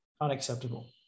unacceptable